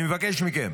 אני מבקש מכם.